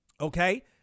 okay